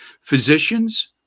Physicians